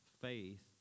faith